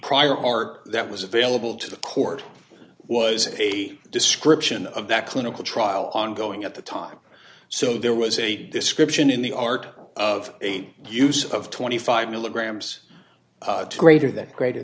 prior art that was available to the court was a description of that clinical trial ongoing at the time so there was a description in the art of eight use of twenty five milligrams greater than greater